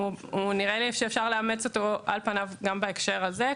נראה לי שאפשר לאמץ אותו על פניו גם בהקשר הזה,